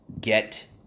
get